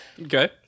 Okay